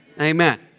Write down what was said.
amen